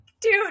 Dude